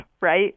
Right